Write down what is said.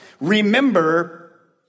remember